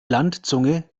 landzunge